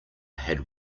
had